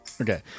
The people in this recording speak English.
Okay